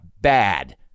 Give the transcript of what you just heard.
bad